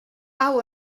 hau